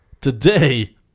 today